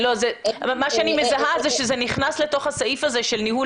אני מזהה שזה נכנס לתוך הסעיף הזה של ניהול